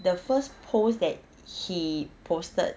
the first post that he posted